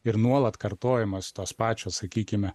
ir nuolat kartojamos tos pačios sakykime